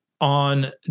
on